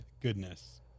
Goodness